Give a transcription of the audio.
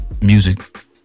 Music